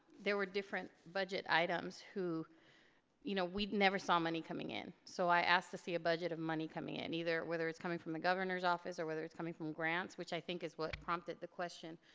there were different budget items who you know we never saw money coming in so i asked to see a budget of money coming in whether it's coming from the governor's office or whether it's coming from grants, which i think is what prompted the question,